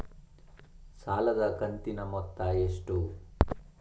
ಸಾಲದ ಕಂತಿನ ಮೊತ್ತ ಎಷ್ಟು?